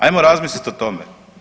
Ajmo razmisliti o tome.